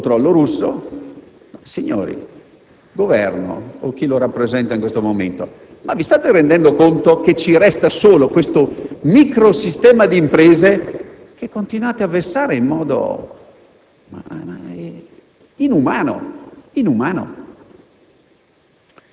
dell'Alitalia, ma è probabile che finisca sotto il controllo russo. Signori, Governo o chi lo rappresenta in questo momento, vi state rendendo conto che ci resta solo questo microsistema di imprese, che continuate a vessare in modo